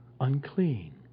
Unclean